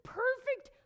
perfect